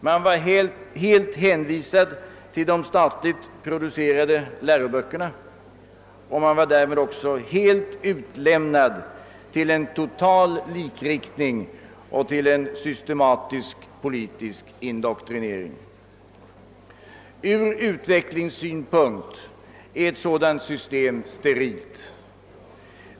Man var helt hänvisad till de statligt producerade läroböckerna och nran var därmed också helt utlämnad till en total likriktning och till en systematisk politisk indoktrinering. Ur utvecklingssynpunkt är ett sådant system sterilt.